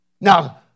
Now